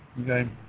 okay